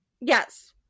Yes